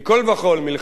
מלכתחילה,